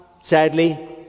sadly